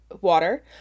water